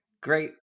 Great